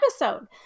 episode